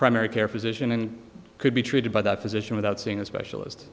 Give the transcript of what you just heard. primary care physician and could be treated by the physician without seeing a specialist